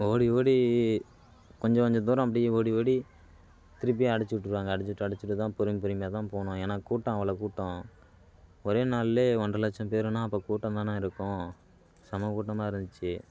ஓடி ஓடி கொஞ்ச கொஞ்ச தூரம் அப்படியே ஓடி ஓடி திருப்பி அடச்சு விட்ருவாங்க அடச்சு விட்டு அடச்சு விட்டு தான் பொறும் பொறுமையாக தான் போனோம் ஏன்னால் கூட்டம் அவ்வளோ கூட்டம் ஒரே நாள்லே ஒன்றை லட்சம் பேருன்னா அப்போ கூட்டம் தானே இருக்கும் செம கூட்டமாக இருந்துச்சு